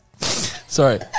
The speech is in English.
Sorry